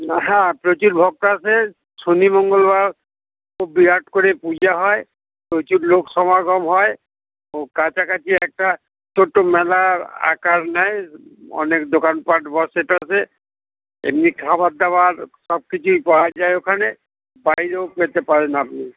হ্যাঁ প্রচুর ভক্ত আসে শনি মঙ্গলবার খুব বিরাট করে পূজা হয় প্রচুর লোক সমাগম হয় ও কাছাকাছি একটা ছোটো মেলার আকার নেয় অনেক দোকানপাট বসে এমনি খাবার দাবার সব কিছুই পাওয়া যায় ওখানে বাইরেও পেতে পারেন আপনি